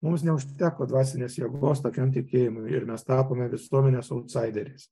mums neužteko dvasinės jėgos tokiam tikėjimui ir mes tapome visuomenės autsaideriais